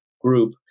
group